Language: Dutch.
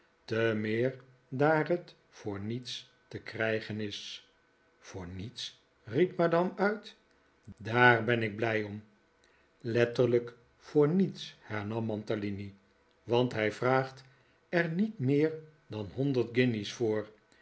te meer daar het voor niets te krijgen is voor niets riep madame uit daar ben ik blij om letterlijk voor niets hernam mantalini want hij vraagt er niet meer dan honderd guinjes voor